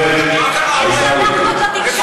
גירשת ניצולי שואה מכנסת ישראל.